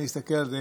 אני מסתכל על זה